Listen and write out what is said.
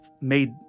made